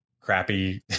crappy